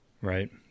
Right